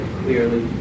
clearly